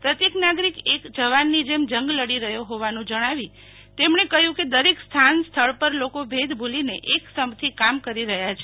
પ્રત્યેક નાગરિક એક જવાનની જેમ જંગ લડી રહ્યો હોવાનું જણાવી તેમણે કહ્યું કે દરેક સ્થાન પર લોકો ભેદ ભૂલીને એક સંપથી કામ કરી રહ્યા છે